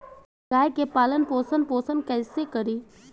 गाय के पालन पोषण पोषण कैसे करी?